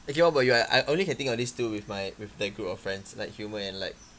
okay what about you I I only can think of these two with my with that group of friends like humour and like